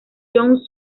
young